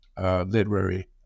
literary